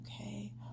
okay